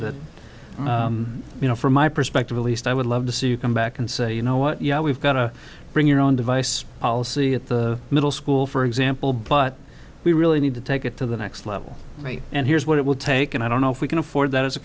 that you know from my perspective at least i would love to see you come back and say you know what yeah we've got to bring your own device policy at the middle school for example but we really need to take it to the next level me and here's what it will take and i don't know if we can afford that as a